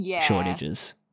shortages